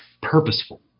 purposeful